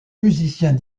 musiciens